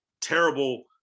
terrible